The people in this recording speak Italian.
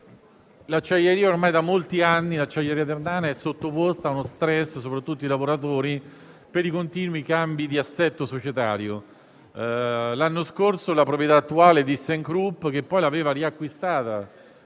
L'acciaieria ternana ormai da molti anni è sottoposta a *stress* - soprattutto i lavoratori - per i continui cambi di assetto societario. L'anno scorso la proprietà attuale, ThyssenKrupp, che l'aveva riacquistata